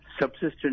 subsistence